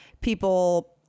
people